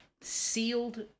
sealed